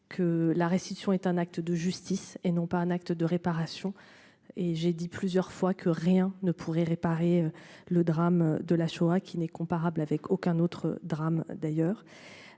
que la réception est un acte de justice et non pas un acte de réparation. Et j'ai dit plusieurs fois que rien ne pourrait réparer le drame de la Shoah qui n'est comparable avec aucun autre drame d'ailleurs.